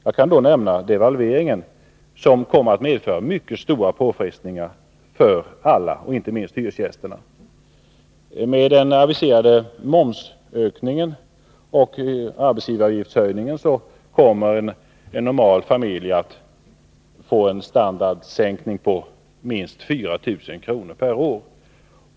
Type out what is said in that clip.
Jag kan nämna devalveringen, som kommer att medföra mycket stora påfrestningar för alla, inte minst hyresgästerna. Med den aviserade momsökningen och arbetsgivaravgiftshöjningen kommer en normal familj att få en standardsänkning på minst 4 000 kr. per år.